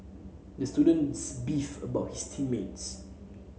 the students beefed about his team mates